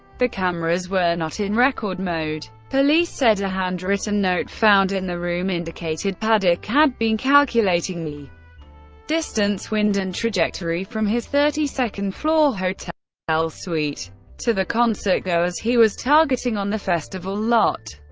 the cameras were not in record mode. police said a handwritten note found in the room indicated paddock had been calculating the distance, wind, and trajectory from his thirty second floor hotel hotel suite to the concertgoers he was targeting on the festival lot.